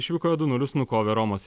išvykoje du nulis nukovė romos